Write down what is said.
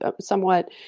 somewhat